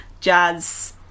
jazz